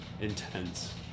intense